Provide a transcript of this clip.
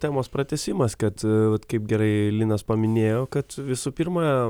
temos pratęsimas kad vat kaip gerai linas paminėjo kad visų pirma